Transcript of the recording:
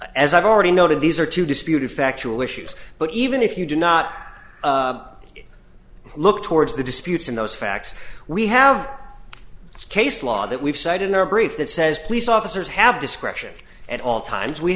as i've already noted these are two disputed factual issues but even if you do not look towards the disputes in those facts we have it's case law that we've cited in our brief that says police officers have discretion at all times we